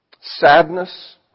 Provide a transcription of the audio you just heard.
sadness